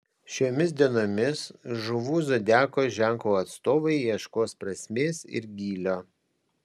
šiomis dienomis žuvų zodiako ženklo atstovai ieškos prasmės ir gylio